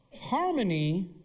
harmony